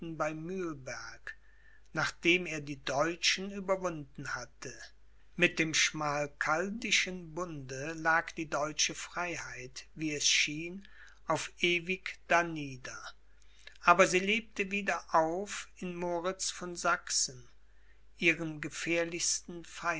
bei mühlberg nachdem er die deutschen überwunden hatte mit dem schmalkaldischen bunde lag die deutsche freiheit wie es schien auf ewig darnieder aber sie lebte wieder auf in moritz von sachsen ihrem gefährlichsten